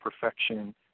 perfection